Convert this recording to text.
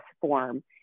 form